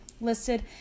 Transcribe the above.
listed